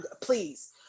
please